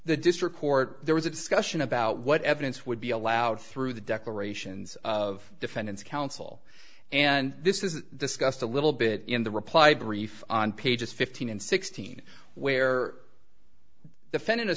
the district court there was a discussion about what evidence would be allowed through the declarations of defendant's counsel and this is discussed a little bit in the reply brief on pages fifteen and sixteen where defendant a